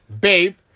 babe